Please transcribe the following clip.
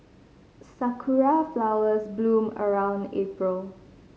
sakura flowers bloom around April